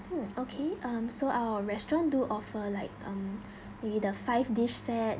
mm okay um so our restaurant do offer like um maybe the five dish set